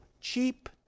cheap